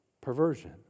perversion